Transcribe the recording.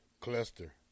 Cluster